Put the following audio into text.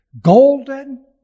Golden